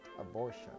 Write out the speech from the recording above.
abortion